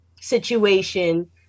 situation